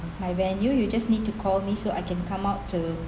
my venue you just need to call me so I can come out to